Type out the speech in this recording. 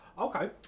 Okay